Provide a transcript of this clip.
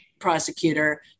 prosecutor